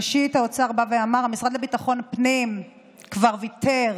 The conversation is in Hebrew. ראשית, האוצר אמר: המשרד לביטחון פנים כבר ויתר